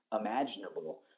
imaginable